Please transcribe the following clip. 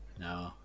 No